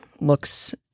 looks